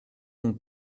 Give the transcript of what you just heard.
mon